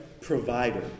provider